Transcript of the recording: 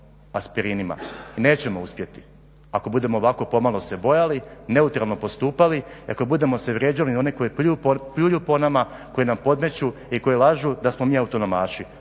aspirinima i nećemo uspjeti ako budemo ovako pomalo se bojali, neutralno postupali i ako se budemo vrijeđali i oni koji pljuju po nama, koji nam podmeću i koji lažu da smo mi autonomaši.